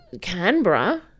Canberra